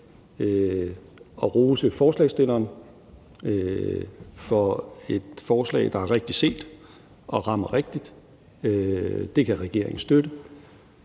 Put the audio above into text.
at rose forslagsstillerne for et forslag, der er rigtigt set og rammer rigtigt. Det kan regeringen støtte.